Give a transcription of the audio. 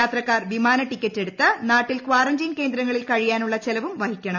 യാത്രക്കാർ വിമാന ടിക്കറ്റെടുത്ത് നാട്ടിൽ കാറന്റൈൻ കേന്ദ്രങ്ങളിൽ കഴിയാനുള്ള ചെലവും വഹിക്കണം